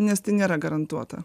nes tai nėra garantuota